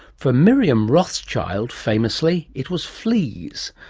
for miriam rothschild, famously, it was fleas.